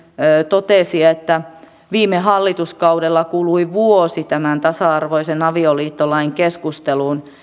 totesi että viime hallituskaudella kului vuosi tämän tasa arvoisen avioliittolain keskusteluun